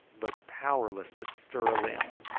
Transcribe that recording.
but powerless to stir a limb.